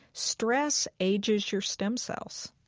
stress ages your stem cells.